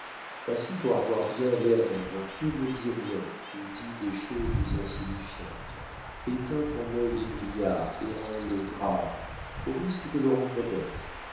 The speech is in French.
ainsi pour avoir bien l'air d'un banquier ne dis rien ou dis des choses insignifiantes éteins ton œil égrillard et rends-le grave au risque de le rendre bête